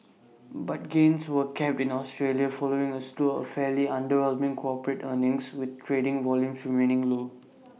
but gains were capped in Australia following A slew of fairly underwhelming corporate earnings with trading volumes remaining low